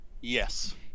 yes